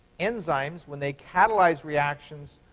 enzymes, when they catalyze reactions,